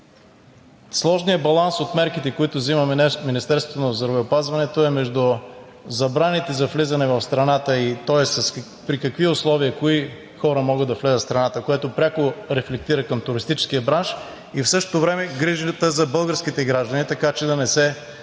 сложният баланс от мерките, които взимаме днес от Министерството на здравеопазването, е между забраните за влизане в страната, тоест при какви условия, кои хора могат да влязат в страната, което пряко рефлектира към туристическия бранш, и в същото време грижата за българските граждани, така че да не се